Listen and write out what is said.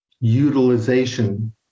utilization